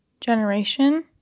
generation